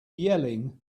yelling